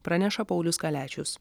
praneša paulius kaliačius